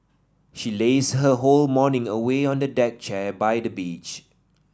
she lazed her whole morning away on a deck chair by the beach